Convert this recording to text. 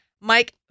Mike